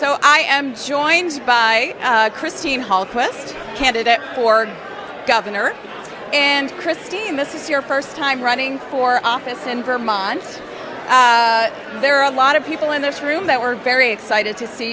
so i am joined by christine hall quest candidate for governor and christine this is your first time running for office in vermont there are a lot of people in this room that were very excited to see